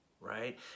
right